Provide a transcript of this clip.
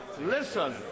listen